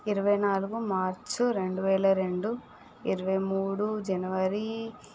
ఇరవై నాలుగు మార్చ్ రెండు వేల రెండు ఇరవై మూడు జాన్యురి